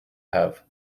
have